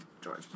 George